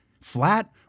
flat